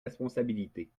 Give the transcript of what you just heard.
responsabilités